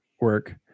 work